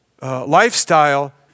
lifestyle